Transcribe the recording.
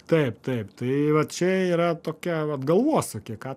taip taip tai vat čia yra tokia vat galvosūkiai ką